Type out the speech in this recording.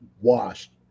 washed